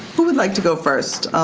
who would like to go first?